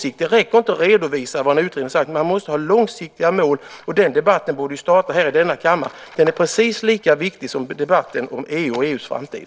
Det räcker inte att redovisa vad en utredning sagt. Debatten borde starta i denna kammare. Den är precis lika viktig som debatten om EU och EU:s framtid.